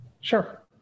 sure